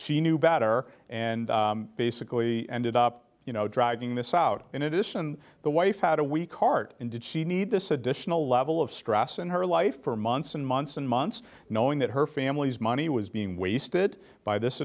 she knew better and basically ended up you know dragging this out in addition the wife had a weak heart and did she need this additional level of stress in her life for months and months and months knowing that her family's money was being wasted by this